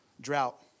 drought